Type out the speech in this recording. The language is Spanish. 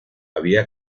había